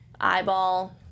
Eyeball